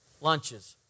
lunches